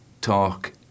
talk